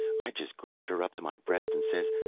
i just grabbed her up to my breast and says,